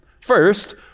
First